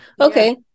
okay